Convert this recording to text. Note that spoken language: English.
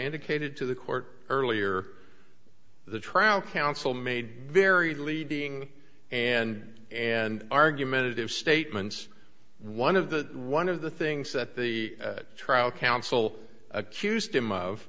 indicated to the court earlier the trial counsel made very leading and and argumentative statements one of the one of the things that the trial counsel accused him of